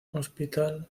hospital